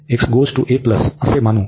मानू